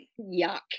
Yuck